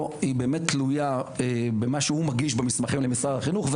תלויה במה שהוא מגיש במסמכים למשרד החינוך.